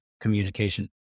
communication